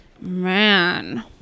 man